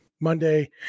Monday